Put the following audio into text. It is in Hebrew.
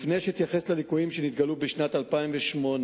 לפני שאתייחס לליקויים שנתגלו בשנת 2008,